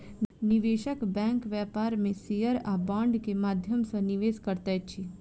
निवेशक बैंक व्यापार में शेयर आ बांड के माध्यम सॅ निवेश करैत अछि